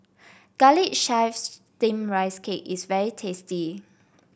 Garlic Chives Steamed Rice Cake is very tasty